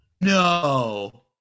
no